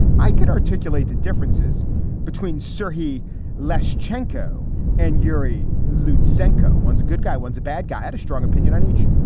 i could articulate the differences between so sihe less jenko and urey lute sinco ones. a good guy, one's a bad guy. had a strong opinion on each.